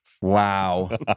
Wow